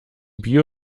bio